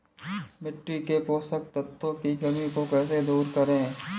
मिट्टी के पोषक तत्वों की कमी को कैसे दूर करें?